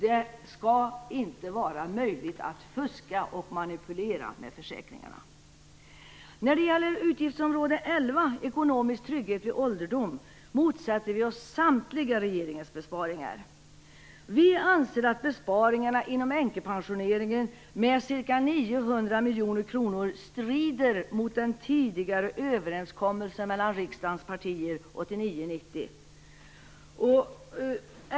Det skall inte var möjligt att fuska och manipulera med försäkringarna. Beträffande utgiftsområde 11 Ekonomisk trygghet vid ålderdom motsätter vi oss samtliga regeringens besparingar. Vi anser att besparingarna inom änkepensioneringen med ca 900 miljoner kronor strider mot den tidigare överenskommelsen mellan riksdagens partier 1989-1990.